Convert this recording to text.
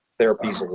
therapies,